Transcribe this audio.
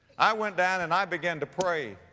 i went down and i began to pray.